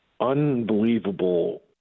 unbelievable